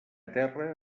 terra